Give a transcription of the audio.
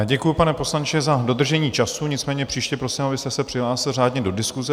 Děkuji, pane poslanče, za dodržení času, nicméně příště prosím, abyste se přihlásil řádně do diskuse.